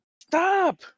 Stop